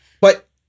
But-